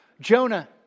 Jonah